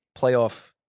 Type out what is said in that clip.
playoff